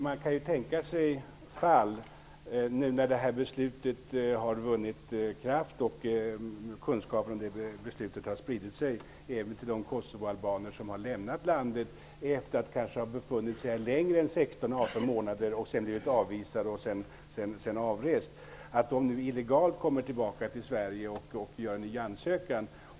Herr talman! När det här beslutet har vunnit kraft och kunskapen om beslutet har spridit sig även till de kosovoalbaner som har lämnat landet efter att ha befunnit sig här längre tid än 16--18 månader och därefter blivit avvisade, kan man tänka sig att de kommer tillbaka till Sverige illegalt och gör ny ansökan.